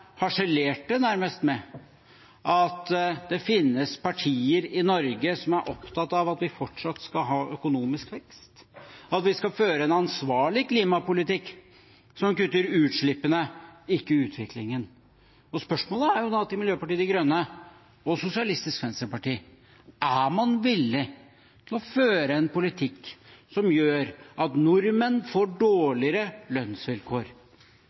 harselerte nærmest med at det finnes partier i Norge som er opptatt av at vi fortsatt skal ha økonomisk vekst, at vi skal føre en ansvarlig klimapolitikk som kutter utslippene, ikke utviklingen. Spørsmålet er da – til Miljøpartiet De Grønne og til SV: Er man villig til å føre en politikk som gjør at nordmenn får dårligere lønnsvilkår?